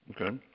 Okay